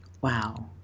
Wow